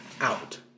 out